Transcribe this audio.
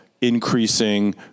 increasing